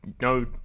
no